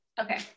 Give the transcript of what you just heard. okay